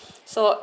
so